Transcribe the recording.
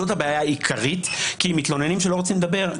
זאת הבעיה העיקרית כי מתלוננים שלא רוצים לדבר,